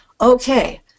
okay